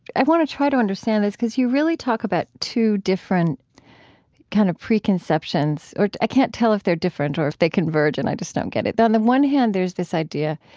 i want to try to understand this, because you really talk about two different kind of preconceptions or i can't tell if they're different or if they converge and i just don't get it. on the one hand, there's this idea,